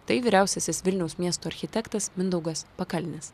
tai vyriausiasis vilniaus miesto architektas mindaugas pakalnis